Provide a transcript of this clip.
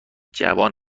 جوان